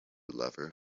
lover